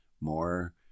more